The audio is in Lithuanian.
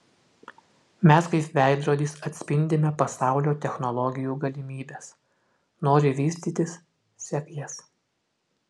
mes kaip veidrodis atspindime pasaulio technologijų galimybes nori vystytis sek jas